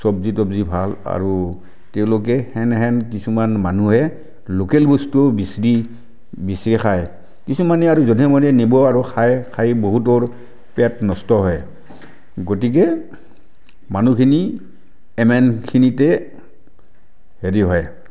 চবজি তবজি ভাল আৰু তেওঁলোকে সেনেহেন কিছুমান মানুহে লোকেল বস্তু বিচাৰি বিচাৰি খায় কিছুমানে আৰু যধে মধে নিব আৰু খায় খাই বহুতৰ পেট নষ্ট হয় গতিকে মানুহখিনি ইমানখিনিতে হেৰি হয়